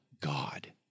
God